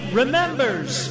remembers